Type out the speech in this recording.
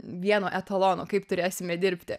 vieno etalono kaip turėsime dirbti